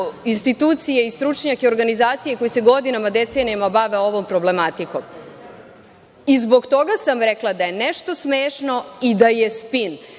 institucije i stručnjake organizacija koji se godinama, decenijama bave ovom problematikom. Zbog toga sam rekla da je nešto smešno i da je spin.